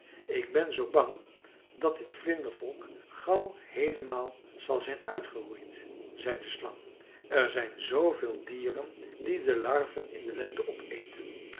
ik ben zoo bang dat dit vlindervolk gauw heelemaal zal zijn uitgeroeid zei de slang er zijn zooveel dieren die de larven in de lente opeten